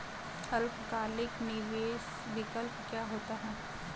अल्पकालिक निवेश विकल्प क्या होता है?